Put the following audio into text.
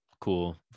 cool